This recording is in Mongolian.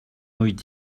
үед